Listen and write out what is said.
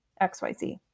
XYZ